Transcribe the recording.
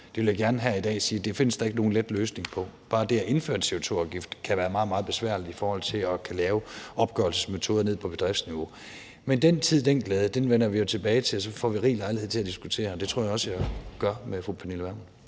Jeg vil gerne her i dag sige, at det findes der ikke nogen let løsning på. Bare det at indføre en CO2-afgift kan være meget, meget besværligt i forhold til at kunne lave opgørelsesmetoder på bedriftsniveau. Men den tid, den glæde. Det vender vi jo tilbage til, og så får vi rig lejlighed til at diskutere det, og det tror jeg også jeg får med fru Pernille Vermund.